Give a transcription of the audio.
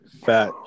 Fat